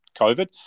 COVID